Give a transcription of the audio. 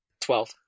Twelve